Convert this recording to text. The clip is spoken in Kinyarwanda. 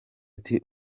ati